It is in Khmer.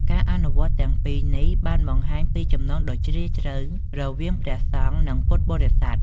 ការអនុវត្តន៍ទាំងពីរនេះ បានបង្ហាញពីចំណងដ៏ជ្រាលជ្រៅរវាងព្រះសង្ឃ និងពុទ្ធបរិស័ទ។